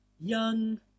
young